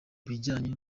bijyanye